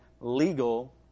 legal